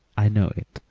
i know it!